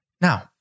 Now